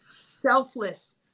selfless